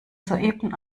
soeben